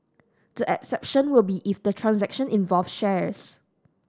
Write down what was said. the exception will be if the transaction involved shares